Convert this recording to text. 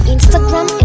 Instagram